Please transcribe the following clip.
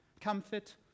Comfort